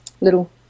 little